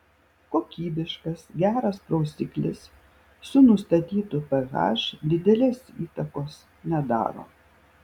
kokybiškas geras prausiklis su nustatytu ph didelės įtakos nedaro